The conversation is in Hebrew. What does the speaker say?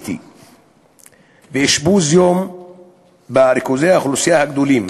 CT ואשפוז-יום בריכוזי האוכלוסייה הגדולים